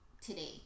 today